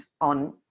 on